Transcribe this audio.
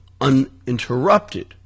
uninterrupted